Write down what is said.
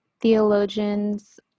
theologians